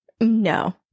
No